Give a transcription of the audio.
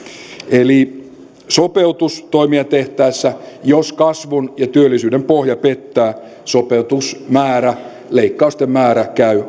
eli sopeutustoimia tehtäessä jos kasvun ja työllisyyden pohja pettää sopeutusmäärä leikkausten määrä käy